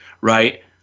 Right